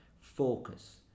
focus